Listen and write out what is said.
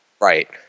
Right